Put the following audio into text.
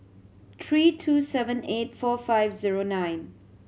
three two seven eight four five zero nine